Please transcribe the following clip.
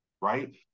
right